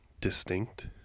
distinct